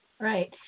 Right